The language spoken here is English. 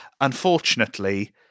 Unfortunately